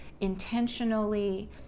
intentionally